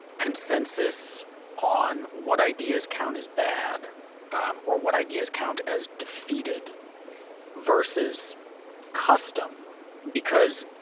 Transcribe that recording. consensus on what ideas count as bad or what ideas count as defeated versus custom because